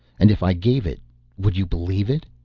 and if i gave it would you believe it?